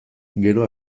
gero